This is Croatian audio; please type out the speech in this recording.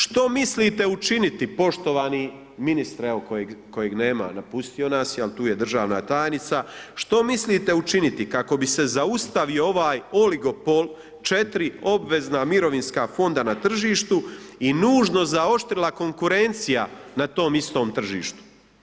Što mislite učiniti poštovani ministre, evo kojeg nema, napustio nas je, ali tu je državna tajnica, što mislite učiniti kako bi se zaustavio ovaj oligopol četiri obvezna mirovinska fonda na tržištu i nužno zaoštrila konkurencija na tom istom tržištu.